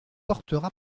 portera